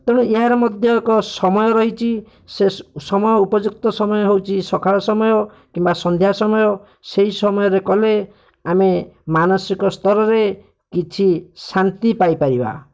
ତେଣୁ ଏହାର ଏକ ମଧ୍ୟ ସମୟ ରହିଛି ସେ ସମୟ ଉପଯୁକ୍ତ ସମୟ ହେଉଛି ସକାଳ ସମୟ କିମ୍ବା ସନ୍ଧ୍ୟା ସମୟ ସେହି ସମୟରେ କଲେ ଆମେ ମାନସିକ ସ୍ତରରେ କିଛି ଶାନ୍ତି ପାଇ ପାରିବା